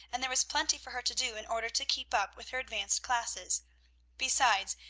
and there was plenty for her to do in order to keep up with her advanced classes besides,